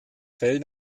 fell